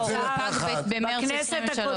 הציעה הצעה בכנסת הקודמת.